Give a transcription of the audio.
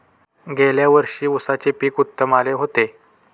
गेल्या वर्षी उसाचे पीक उत्तम आले होते